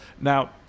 Now